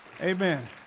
Amen